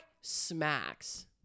smacks